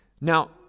Now